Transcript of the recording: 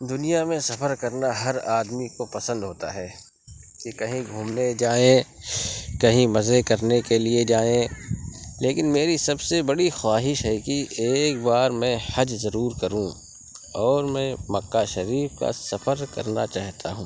دُنیا میں سفر کرنا ہر آدمی کو پسند ہوتا ہے کہ کہیں گھومنے جائیں کہیں مزے کرنے کے لیے جائیں لیکن میری سب سے بڑی خواہش ہے کہ ایک بار میں حج ضرور کروں اور میں مکہ شریف کا سفر کرنا چاہتا ہوں